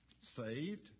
Saved